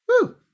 Woo